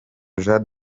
jean